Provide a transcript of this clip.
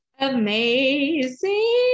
Amazing